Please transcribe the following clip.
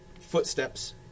footsteps